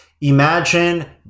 Imagine